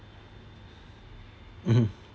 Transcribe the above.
mmhmm